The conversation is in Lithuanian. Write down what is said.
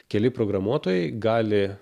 keli programuotojai gali